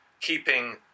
keeping